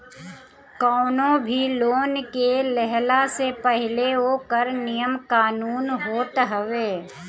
कवनो भी लोन के लेहला से पहिले ओकर नियम कानून होत हवे